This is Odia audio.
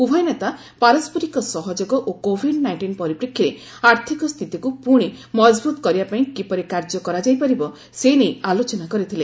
ଉଭୟ ନେତା ପାରସ୍କରିକ ସହଯୋଗ ଓ କୋଭିଡ୍ ନାଇଷ୍ଟିନ୍ ପରିପ୍ରେକ୍ଷୀରେ ଆର୍ଥିକ ସ୍ଥିତିକୁ ପୁଣି ମଜବୁତ କରିବା ପାଇଁ କିପରି କାର୍ଯ୍ୟ କରାଯାଇ ପାରିବ ସେ ନେଇ ଆଲୋଚନା କରିଥିଲେ